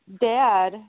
dad